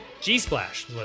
G-Splash